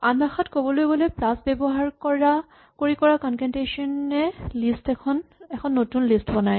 আনভাষাত ক'বলৈ গ'লে প্লাচ ব্যৱহাৰ কৰি কৰা কনকেটেনেচন এ এখন নতুন লিষ্ট বনায়